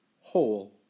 whole